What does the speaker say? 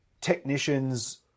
technicians